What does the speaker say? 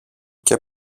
και